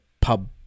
pub